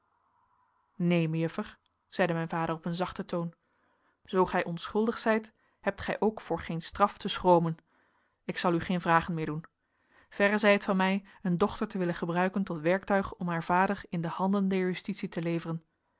zeide mijn vader op een zachten toon zoo gij onschuldig zijt hebt gij ook voor geen straf te schromen ik zal u geen vragen meer doen verre zij het van mij een dochter te willen gebruiken tot werktuig om haar vader in de handen der justitie te leveren